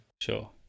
sure